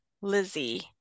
Lizzie